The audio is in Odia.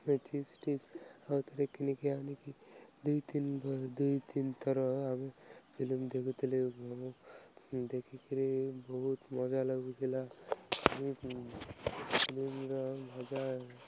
ଚିଟି ଆଉଥରେ କିଣିକି ଆଣିକି ଦୁଇ ତିନି ଦୁଇ ତିନି ଥର ଆମେ ଫିଲ୍ମ ଦେଖୁଥିଲୁ ଦେଖିକିରି ବହୁତ ମଜା ଲାଗୁଥିଲା ଫିଲ୍ମର ମଜା